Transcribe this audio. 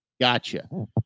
Gotcha